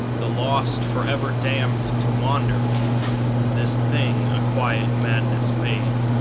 the lost forever damned to wander this thing a quiet and madness made.